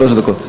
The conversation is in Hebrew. שלוש דקות.